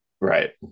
Right